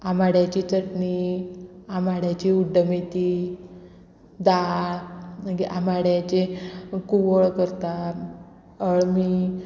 आमाड्याची चटणी आमाड्याची उड्डमेथी दाळ मागीर आमाड्याचे कुवळ करता अळमी